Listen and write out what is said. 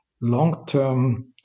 long-term